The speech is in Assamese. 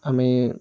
আমি